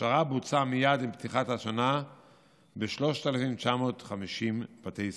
ההכשרה בוצעה מייד עם פתיחת השנה ב-3,950 בתי ספר.